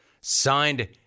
Signed